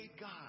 God